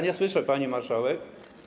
Nie słyszę, pani marszałek.